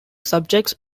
subjects